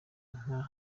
nka